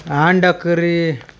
अंडा करी